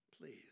please